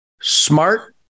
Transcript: smart